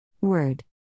Word